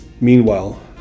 Meanwhile